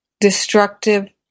destructive